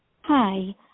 Hi